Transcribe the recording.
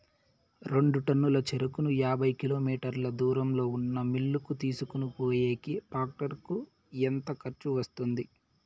రెండు టన్నుల చెరుకును యాభై కిలోమీటర్ల దూరంలో ఉన్న మిల్లు కు తీసుకొనిపోయేకి టాక్టర్ కు ఎంత ఖర్చు వస్తుంది?